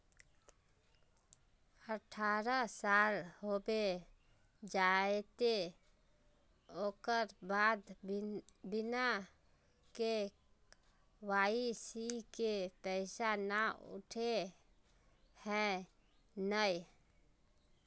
अठारह साल होबे जयते ओकर बाद बिना के.वाई.सी के पैसा न उठे है नय?